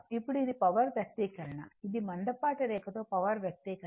ఇప్పుడు ఇది పవర్ వ్యక్తీకరణ ఇది మందపాటి రేఖ పవర్ వ్యక్తీకరణ